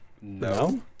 No